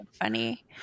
funny